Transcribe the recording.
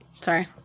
Sorry